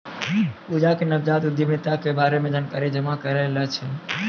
पूजा के नवजात उद्यमिता के बारे मे जानकारी जमा करै के छलै